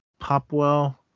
Popwell